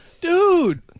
Dude